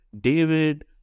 David